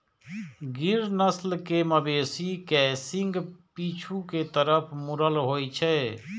गिर नस्ल के मवेशी के सींग पीछू के तरफ मुड़ल होइ छै